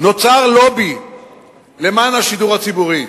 נוצר לובי למען השידור הציבורי.